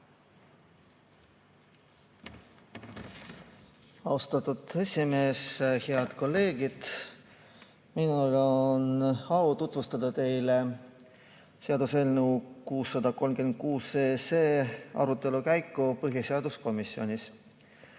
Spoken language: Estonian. Austatud esimees! Head kolleegid! Minul on au tutvustada teile seaduseelnõu 636 arutelu käiku põhiseaduskomisjonis.